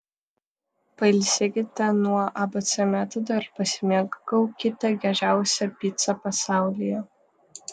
pailsėkite nuo abc metodo ir pasimėgaukite geriausia pica pasaulyje